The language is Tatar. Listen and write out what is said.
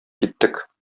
киттек